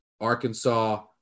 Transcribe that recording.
Arkansas